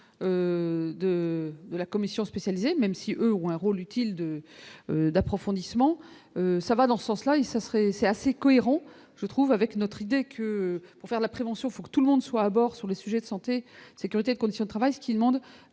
de la commission spécialisée même si ont un rôle utile de d'approfondissement, ça va dans ce sens-là et ça serait c'est assez cohérent, je trouve, avec notre idée que pour faire de la prévention faut que tout le monde soit à bord sur les sujets de santé, sécurité et conditions de travail, ce qui demande